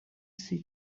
say